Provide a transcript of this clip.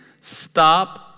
Stop